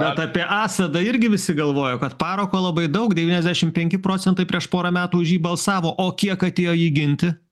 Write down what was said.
bet apie asadą irgi visi galvojo kad parako labai daug devyniasdešim penki procentai prieš porą metų už jį balsavo o kiek atėjo jį ginti